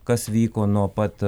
kas vyko nuo pat